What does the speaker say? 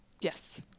Yes